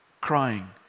crying